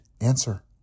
answer